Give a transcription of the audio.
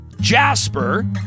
Jasper